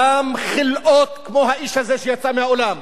אותן חלאות, כמו האיש הזה שיצא מהאולם,